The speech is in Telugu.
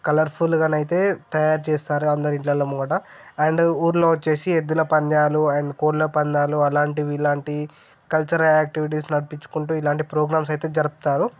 కలర్ఫుల్గా అయితే తయారు చేస్తారు అందరి ఇళ్ళలో ముంగిట అండ్ ఊళ్ళో వచ్చి ఎద్దుల పందాలు అండ్ కోళ్ల పందాలు అలాంటివి ఇలాంటి కల్చర్ యాక్టివిటీస్ నడిపించుకుంటు ఇలాంటి ప్రోగ్రామ్స్ అయితే జరుపుతారు